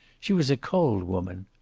she was a cold woman.